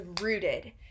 rooted